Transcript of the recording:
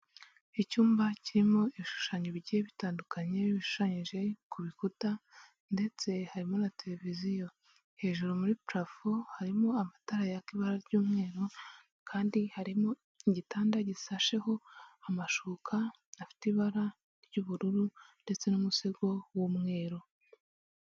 Icyumba kirimo ibishushanyo bigiye bitandukanye bishushanyije ku bikuta ndetse harimo na televiziyo, hejuru muri purafo harimo amatara yaka ibara ry'umweru kandi harimo igitanda gisasheho amashuka afite ibara ry'ubururu ndetse n'umusego w'umweru.